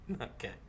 Okay